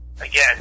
again